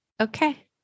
Okay